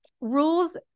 rules